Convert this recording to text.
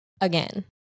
again